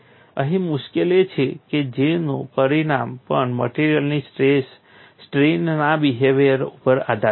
અહીં મુશ્કેલી એ છે કે J નું પરિણામ પણ મટેરીઅલની સ્ટ્રેસ સ્ટ્રેઇનના બિહેવીઅર ઉપર આધારિત છે